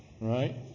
Right